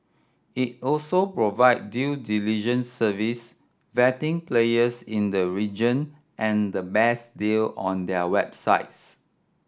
it also provide due diligence service vetting players in the region and the best deal on their websites